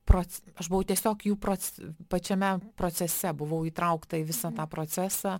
proc aš buvau tiesiog jų proc pačiame procese buvau įtraukta į visą tą procesą